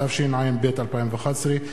התשע"ב 2011,